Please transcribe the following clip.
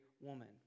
woman